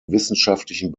wissenschaftlichen